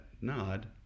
nod